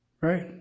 Right